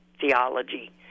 theology